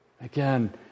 Again